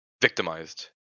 victimized